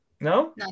no